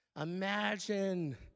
Imagine